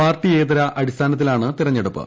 പാർട്ടിയേതര അടിസ്ഥാനത്തിലാണ് തെരഞ്ഞെടുപ്പ്